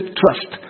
trust